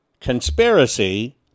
conspiracy